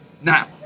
Now